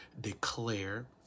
declare